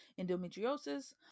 endometriosis